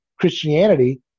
Christianity